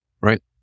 right